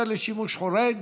היתר לשימוש חורג),